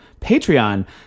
Patreon